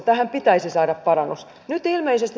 tähän pitäisi saada parannusta